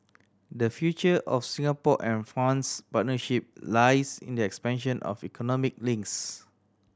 the future of Singapore and France partnership lies in the expansion of economic links